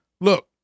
Look